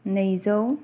नैजौ